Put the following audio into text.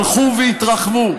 הלכו והתרחבו,